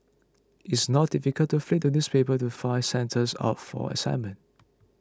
it's not difficult to flip the newspapers to find centres up for assignment